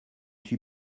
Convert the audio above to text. suis